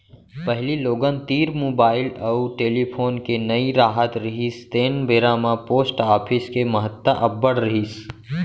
पहिली लोगन तीर मुबाइल अउ टेलीफोन के नइ राहत रिहिस तेन बेरा म पोस्ट ऑफिस के महत्ता अब्बड़ रिहिस